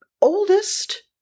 oldest